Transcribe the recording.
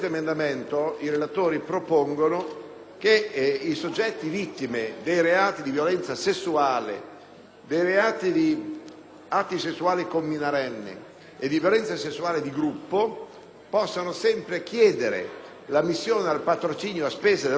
di atti sessuali con minorenni e di violenza sessuale di gruppo possano sempre chiedere l'ammissione al patrocinio a spese dello Stato, anche qualora i propri redditi superino le soglie previste dalla legislazione vigente,